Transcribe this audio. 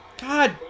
God